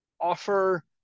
offer